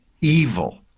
evil